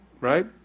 Right